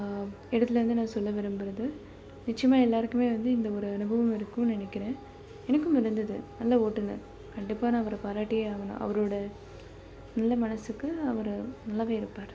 இடத்துலேர்ந்து நான் சொல்ல விரும்புவது நிச்சயமா எல்லோருக்குமே வந்து இந்த ஒரு அனுபவம் இருக்கும்ன்னு நினைக்கிறேன் எனக்கும் இருந்தது நல்ல ஓட்டுநர் கண்டிப்பாக நான் அவரை பாராட்டியே ஆகணும் அவரோட நல்ல மனதுக்கு அவர் நல்லாவே இருப்பார்